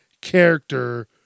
character